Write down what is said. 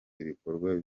ibikorwa